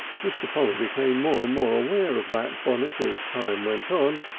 mr. polly became more and more aware of that bonnet as time went on,